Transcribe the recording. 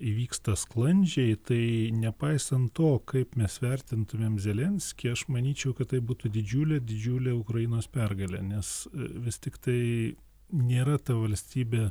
įvyksta sklandžiai tai nepaisant to kaip mes vertintumėm zelenskį aš manyčiau kad tai būtų didžiulė didžiulė ukrainos pergalė nes vis tiktai nėra ta valstybė